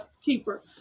keeper